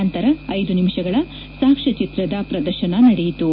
ನಂತರ ಐದು ನಿಮಿಷಗಳ ಸಾಕ್ಷ್ಯ ಚಿತ್ರದ ಪ್ರದರ್ಶನ ನಡೆಯಿತು